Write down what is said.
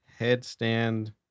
headstand